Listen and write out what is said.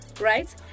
right